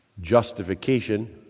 justification